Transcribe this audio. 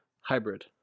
Hybrid